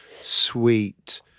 sweet